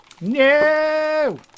No